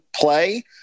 play